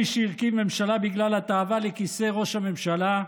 מי שהרכיב ממשלה בגלל התאווה לכיסא ראש הממשלה,